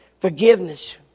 forgiveness